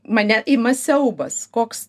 mane ima siaubas koks